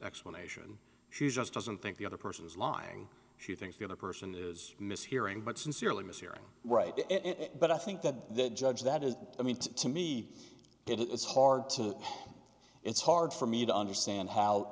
explanation she just doesn't think the other person is lying she thinks the other person is mishearing but sincerely mishearing right but i think that that judge that is i mean to me it is hard to it's hard for me to understand how